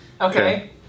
Okay